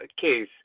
case